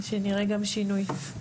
שנראה גם שינוי.